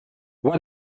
what